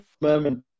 moment